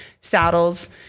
saddles